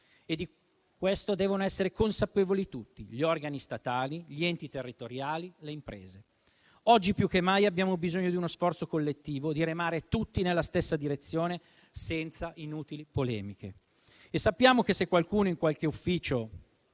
e di questo devono essere consapevoli tutti, gli organi statali, gli enti territoriali e le imprese. Oggi più che mai abbiamo bisogno di uno sforzo collettivo e di remare tutti nella stessa direzione, senza inutili polemiche. Sappiamo che se qualcuno in qualche ufficio